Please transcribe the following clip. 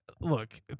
look